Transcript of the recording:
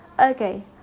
Okay